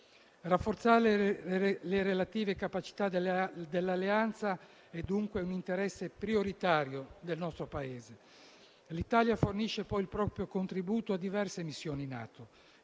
Rafforzare le relative capacità dell'Alleanza è dunque un interesse prioritario del nostro Paese. L'Italia fornisce poi il proprio contributo a diverse missioni NATO;